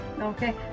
Okay